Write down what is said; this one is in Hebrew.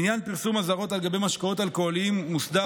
עניין פרסום אזהרות על גבי משקאות אלכוהוליים מוסדר